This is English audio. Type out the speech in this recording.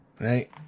right